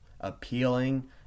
appealing